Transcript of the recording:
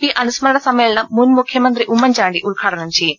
P അനുസ്മരണ സമ്മേളനം മുൻ മുഖ്യമന്ത്രി ഉമ്മൻചാണ്ടി ഉദ്ഘാടനം ചെയ്യും